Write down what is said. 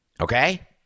okay